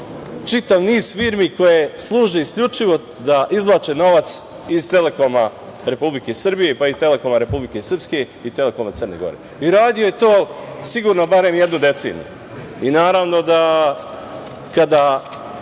čitav niz firmi koje služe isključivo da izvlače novac iz „Telekoma“ Republike Srbije, pa i „Telekoma“ Republike Srpske i „Telekoma“ Crne Gore. Radio je to sigurno barem jednu deceniju. Naravno da kada